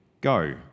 Go